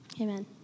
Amen